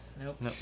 Nope